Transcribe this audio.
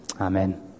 Amen